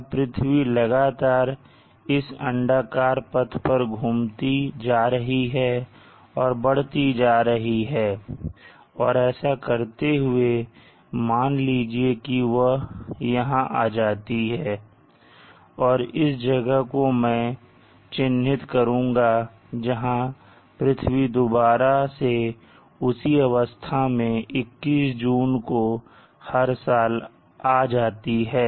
अब पृथ्वी लगातार इस अंडाकार पथ पर घूमती जा रही है और बढ़ती जा रही है और ऐसा करते हुए मान लीजिए कि वह यहां आ जाती है और इस जगह को मैं चिह्नित करूंगा जहां पृथ्वी दोबारा से उसी अवस्था में 21 जून को हर साल आ जाती है